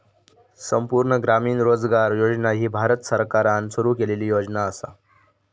संपूर्ण ग्रामीण रोजगार योजना ही भारत सरकारान सुरू केलेली योजना असा